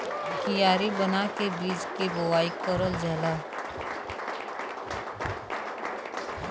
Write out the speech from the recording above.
कियारी बना के बीज के बोवाई करल जाला